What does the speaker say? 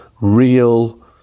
real